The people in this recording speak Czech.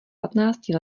patnácti